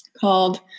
called